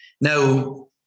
now